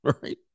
Right